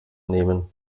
nehmen